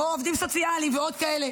כמו עובדים סוציאליים ועוד כאלה.